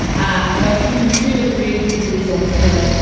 i buy season two and three. he's a police officer.